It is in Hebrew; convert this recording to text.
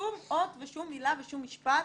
ושום אות ושום מילה ושום משפט.